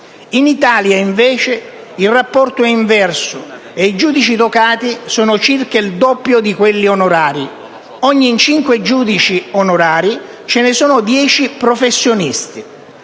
In Italia, invece, il rapporto è inverso, e i giudici togati sono circa il doppio di quelli onorari: ogni 5 giudici onorari ce ne sono 10 professionisti.